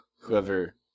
Whoever